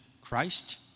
Christ